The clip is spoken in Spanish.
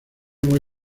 muy